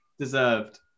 deserved